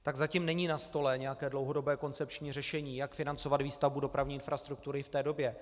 Tak zatím není na stole nějaké dlouhodobé koncepční řešení, jak financovat výstavbu dopravní infrastruktury v té době.